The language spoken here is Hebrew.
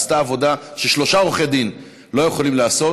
עשתה עבודה ששלושה עורכי דין לא יכולים לעשות,